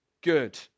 good